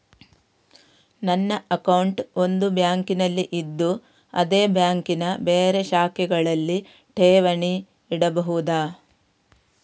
ನನ್ನ ಅಕೌಂಟ್ ಒಂದು ಬ್ಯಾಂಕಿನಲ್ಲಿ ಇದ್ದು ಅದೇ ಬ್ಯಾಂಕಿನ ಬೇರೆ ಶಾಖೆಗಳಲ್ಲಿ ಠೇವಣಿ ಇಡಬಹುದಾ?